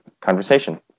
conversation